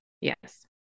Yes